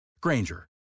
Granger